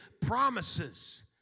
promises